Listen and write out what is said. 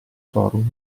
forum